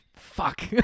Fuck